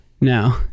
No